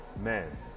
man